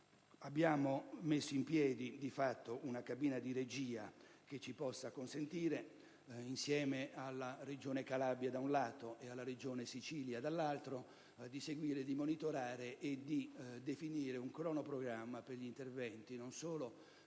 Abbiamo messo in piedi una cabina di regia - insieme alla Regione Calabria, da un lato, e alla Regione Sicilia, dall'altro - per seguire, monitorare e definire un cronoprogramma per gli interventi, non solo